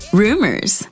rumors